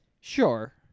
Sure